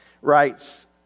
writes